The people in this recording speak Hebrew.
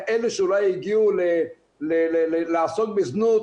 כאלה שאולי הגיעו לעסוק בזנות,